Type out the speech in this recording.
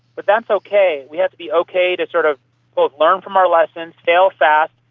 but that's okay. we have to be okay to sort of learn from our lessons, fail fast,